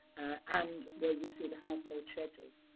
and where you see the household schedules,